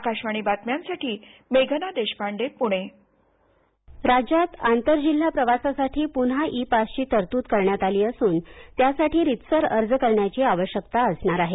आकाशवाणी बातम्यांसाठी मेघना Deshpande Pune e pass राज्यात आंतर जिल्हा प्रवासासाठी प्न्हा ई पासची तरतूद करण्यात आली असून त्यासाठी रितसर अर्ज करण्याची आवश्यकता असणार आहे